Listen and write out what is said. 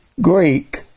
Greek